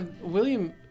William